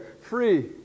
free